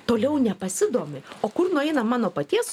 toliau nepasidomi o kur nueina mano paties